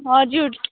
हजुर